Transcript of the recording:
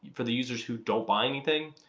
for the users who don't buy anything,